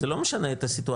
זה לא משנה את הסיטואציה.